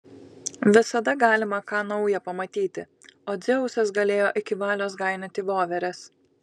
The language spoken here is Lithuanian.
visada galima ką nauja pamatyti o dzeusas galėjo iki valios gainioti voveres